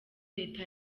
leta